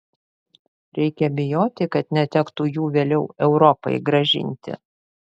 reikia bijoti kad netektų jų vėliau europai grąžinti